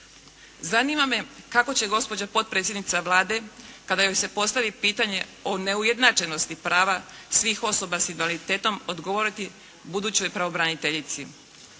Zanima me kako će gospođa potpredsjednica Vlade, kada joj se postavi pitanje o neujednačenosti prava svih osoba sa invaliditetom odgovoriti budućoj pravobraniteljici.